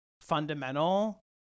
fundamental